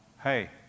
Hey